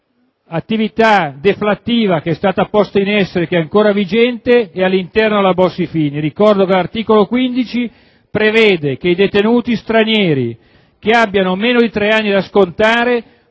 attività deflattiva posta in essere, ed ancora vigente, è all'interno della Bossi‑Fini. Ricordo altresì che l'articolo 15 prevede che i detenuti stranieri che abbiano meno di tre anni da scontare,